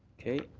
okay.